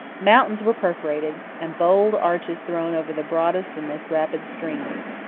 mountains were perforated, and bold arches thrown over the broadest and most rapid streams.